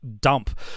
dump